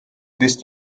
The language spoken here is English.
this